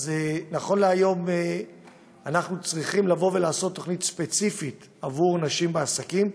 אז נכון להיום אנחנו צריכים לעשות תוכנית ספציפית עבור נשים בעסקים.